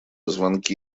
звонки